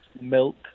milk